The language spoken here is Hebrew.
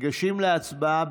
ניגשים להצבעה.